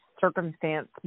circumstance